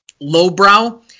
lowbrow